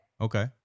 Okay